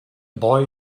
boy